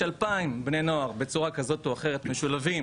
2,000 בני נוער שצורה כזאת או אחרת משולבים